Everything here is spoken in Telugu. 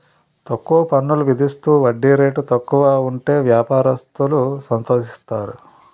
తక్కువ పన్నులు విధిస్తూ వడ్డీ రేటు తక్కువ ఉంటే వ్యాపారస్తులు సంతోషిస్తారు